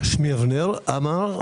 שמי אבנר עמר,